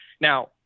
Now